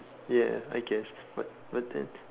ya I guess but but then